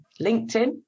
LinkedIn